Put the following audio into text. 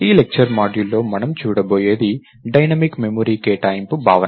ఈ లెక్చర్ మాడ్యూల్లో మనం చూడబోయేది డైనమిక్ మెమరీ కేటాయింపు భావన